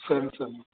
சரிங்க சார்